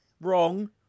Wrong